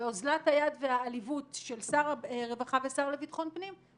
ואוזלת היד והעליבות של שר הרווחה והשר לביטחון פנים,